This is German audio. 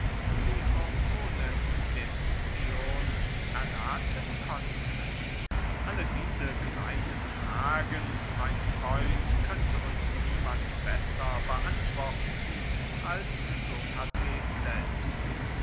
sie auch ohne dämonion errathen konnte alle diese kleine fragen mein freund könnte uns niemand besser beantworten als sokrates selbst